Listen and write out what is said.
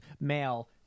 male